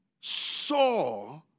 saw